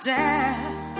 death